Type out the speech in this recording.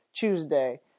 Tuesday